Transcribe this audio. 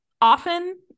often